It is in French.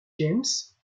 james